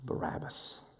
Barabbas